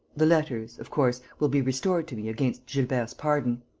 the letters, of course, will be restored to me against gilbert's pardon?